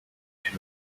reach